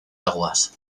aguas